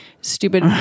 stupid